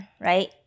right